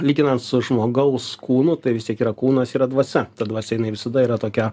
lyginant su žmogaus kūnu tai vis tiek yra kūnas yra dvasia ta dvasia jinai visada yra tokia